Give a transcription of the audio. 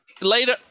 Later